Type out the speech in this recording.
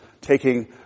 taking